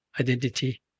identity